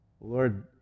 Lord